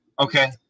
Okay